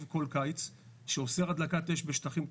כל קיץ שאוסר הדלקת אש בשטחים פתוחים.